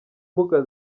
mbuga